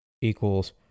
equals